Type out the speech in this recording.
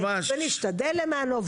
ונשתדל למענו,